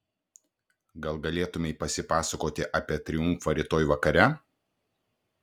gal galėtumei pasipasakoti apie triumfą rytoj vakare